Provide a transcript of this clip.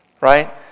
Right